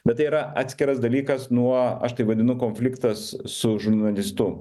bet tai yra atskiras dalykas nuo aš tai vadinu konfliktas su žurnalistu